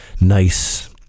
nice